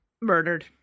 murdered